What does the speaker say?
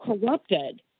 corrupted